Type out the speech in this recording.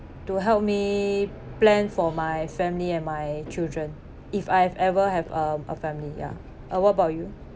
to help me plan for my family and my children if I've ever have a a family ya uh what about you